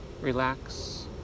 Relax